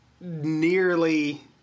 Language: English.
nearly